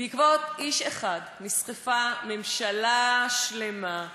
בעקבות איש אחד נסחפה ממשלה שלמה,